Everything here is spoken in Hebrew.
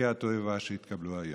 חוקי התועבה שהתקבלו היום.